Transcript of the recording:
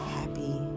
happy